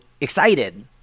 excited